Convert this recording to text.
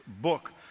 book